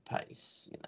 pace